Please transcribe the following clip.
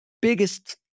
biggest